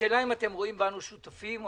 השאלה היא אם אתם רואים בנו שותפים או